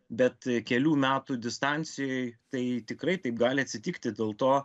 bet kelių metų distancijoj tai tikrai taip gali atsitikti dėl to